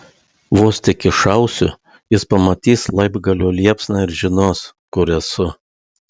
vos tik iššausiu jis pamatys laibgalio liepsną ir žinos kur esu